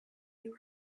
you